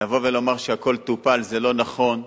לבוא ולומר שהכול טופל זה לא נכון,